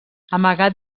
amagat